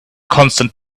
constant